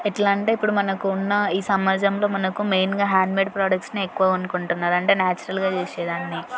ఎట్లా అంటే ఇప్పుడు మనకు ఉన్న ఈ సమాజంలో మనకు మెయిన్గా హ్యాండ్మేడ్ ప్రాడక్ట్స్ను ఎక్కువ కొంటున్నారు అంటే నాచురల్గా చేసే దాన్ని